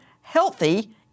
healthy